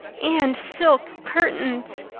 and silk curtains!